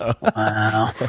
Wow